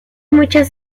muchas